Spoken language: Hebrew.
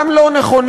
גם לא נכונים,